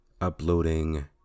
uploading